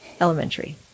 elementary